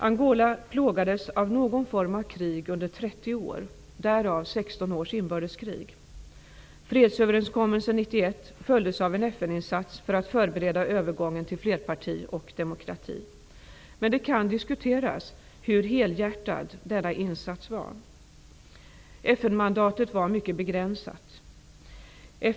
Angola har plågats av någon form av krig under 30 Fredsöverenskommelsen 1991 följdes av en FN insats för att förbereda övergången till flerpartisystem och demokrati. Men det kan diskuteras hur helhjärtad denna insats var. FN mandatet var mycket begränsat.